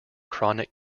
chronic